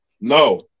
no